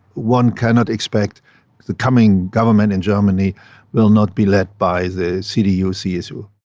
one cannot expect the coming government in germany will not be led by the cdu csu.